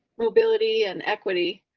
mobility and equity,